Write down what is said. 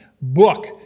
book